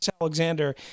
Alexander